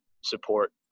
support